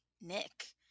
Nick